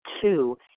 two